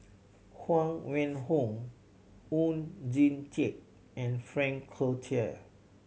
Huang Wenhong Oon Jin Teik and Frank Cloutier